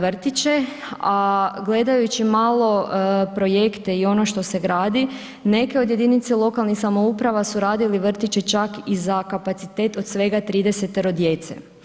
vrtiće a gledajući malo projekte i ono što se gradi, neke od jedinica lokalnih samouprava su radili vrtiće čak i za kapacitet od svega tridesetero djece.